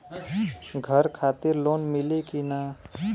घर खातिर लोन मिली कि ना?